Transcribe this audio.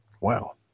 Wow